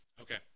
okay